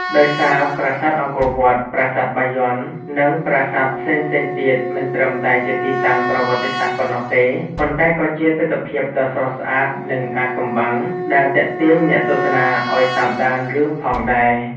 ដោយប្រាសាទអង្គរវត្ត ប្រាសាទបាយ័ន និងប្រាសាទផ្សេងៗទៀត មិនត្រឹមតែជាទីតាំងប្រវត្តិសាស្ត្រប៉ុណ្ណោះទេ ប៉ុន្តែក៏ជាទិដ្ឋភាពដ៏ស្រស់ស្អាតនិងអាថ៌កំបាំងដែលទាក់ទាញអ្នកទស្សនាឲ្យតាមដានរឿងផងដែរ។